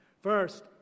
First